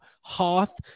Hoth